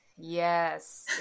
Yes